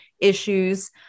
issues